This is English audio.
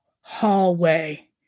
hallway